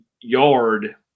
yard